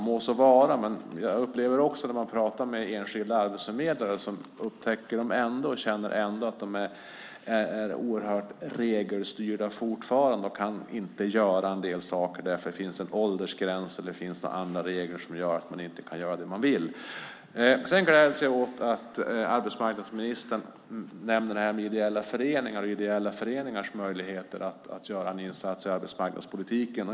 Må så vara, men jag upplever också när jag pratar med enskilda arbetsförmedlare att de känner att de är oerhört regelstyrda fortfarande och inte kan göra en del saker därför att det finns en åldersgräns eller andra regler som gör att de inte kan göra det de vill. Sedan gläds jag åt att arbetsmarknadsministern nämner ideella föreningar och deras möjlighet att göra en insats i arbetsmarknadspolitiken.